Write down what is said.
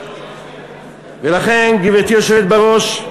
לכן, גברתי היושבת בראש,